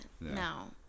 No